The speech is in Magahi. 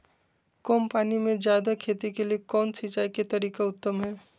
कम पानी में जयादे खेती के लिए कौन सिंचाई के तरीका उत्तम है?